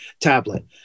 tablet